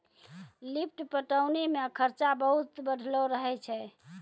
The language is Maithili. लिफ्ट पटौनी मे खरचा बहुत बढ़लो रहै छै